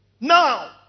Now